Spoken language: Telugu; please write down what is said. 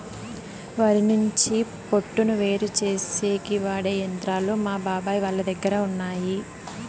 వరి నుంచి పొట్టును వేరుచేసేకి వాడె యంత్రాలు మా బాబాయ్ వాళ్ళ దగ్గర ఉన్నయ్యి